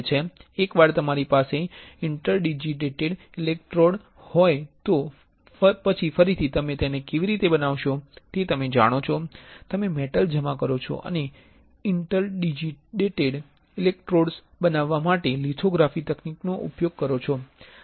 એકવાર તમારી પાસે ઇન્ટરડિજિટેટેડ ઇલેક્ટ્રોડ હોય તો પછી ફરીથી તમે તેને કેવી રીતે બનાવશો તે તમે જાણો છો તમે મેટલ જમા કરો છો અને ઇન્ટરડિજિટેટેડ ઇલેક્ટ્રોડ્સ બનાવવા માટે લિથોગ્રાફી તકનીકનો ઉપયોગ કરો છો